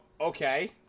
Okay